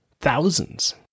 thousands